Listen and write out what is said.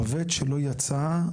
עובד שלא יצא,